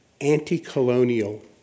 anti-colonial